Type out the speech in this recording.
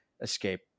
escape